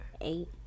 eight